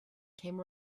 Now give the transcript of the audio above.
came